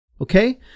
okay